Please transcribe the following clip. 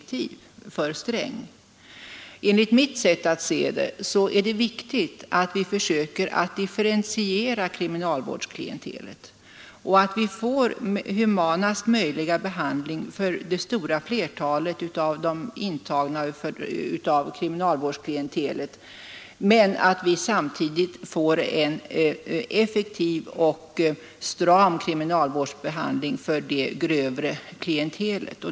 113 Enligt mitt sätt att se är det viktigt att vi försöker differentiera behandlingen av kriminalvårdsklientelet. Vi bör få humanast möjliga behandling för det stora flertalet av kriminalvårdsklientelet, men vi bör samtidigt få en effektiv och stram behandling av det grövre klientelet.